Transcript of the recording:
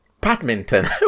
Badminton